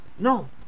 no